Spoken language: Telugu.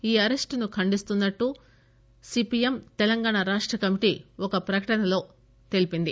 ఈ అరెస్టును ఖండిస్తున్నట్లు సీపీఎం తెలంగాణ రాష్ట కమిటీ ఒక ప్రకటనలో తెలిపింది